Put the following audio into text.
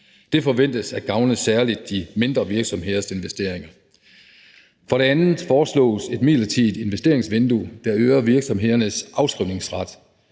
Det forventes særlig at gavne de mindre virksomheders investeringer. For det andet foreslås et midlertidigt investeringsvindue, der øger virksomhedernes afskrivningsret.